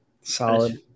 Solid